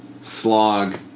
slog